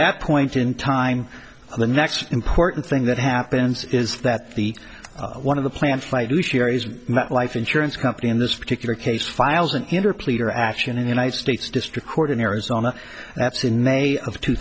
that point in time the next important thing that happens is that the one of the plant life insurance company in this particular case files an interplay or action in the united states district court in arizona that's in may of two